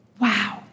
Wow